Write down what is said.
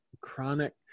chronic